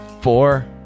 four